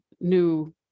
new